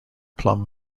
plum